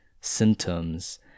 symptoms